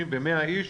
50 ו-100 איש,